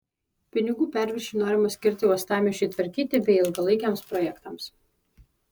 pinigų perviršį norima skirti uostamiesčiui tvarkyti bei ilgalaikiams projektams